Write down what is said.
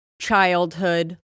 childhood